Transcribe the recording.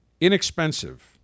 inexpensive